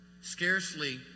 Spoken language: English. scarcely